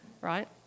right